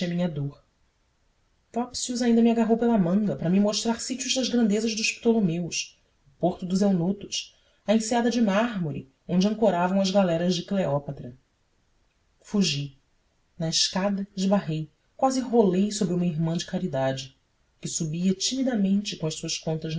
minha dor topsius ainda me agarrou pela manga para me mostrar sítios das grandezas dos ptolomeus o porto do eunotos a enseada de mármore onde ancoravam as galeras de cleópatra fugi na escada esbarrei quase rolei sobre uma irmã da caridade que subia timidamente com as suas contas